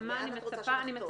לאן את רוצה שנחתור?